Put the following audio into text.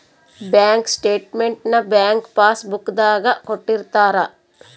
bank statement ನ bank passbook ದಾಗ ಕೊಟ್ಟಿರ್ತಾರ